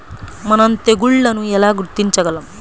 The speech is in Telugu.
మనం తెగుళ్లను ఎలా గుర్తించగలం?